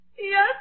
Yes